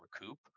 recoup